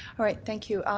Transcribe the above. all right. thank you.